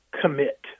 commit